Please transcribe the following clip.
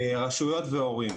רשויות מקומיות והורים.